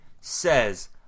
says